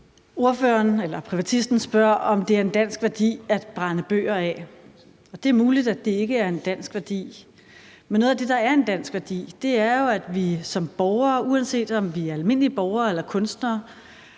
for det. Privatisten spørger, om det er en dansk værdi at brænde bøger af. Det er muligt, at det ikke er en dansk værdi, men noget, der er en dansk værdi, er jo, at vi som borgere, uanset om vi er almindelige borgere eller kunstnere,